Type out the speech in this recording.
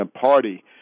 party